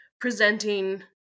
presenting